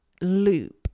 loop